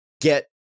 get